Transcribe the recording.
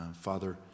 Father